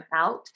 out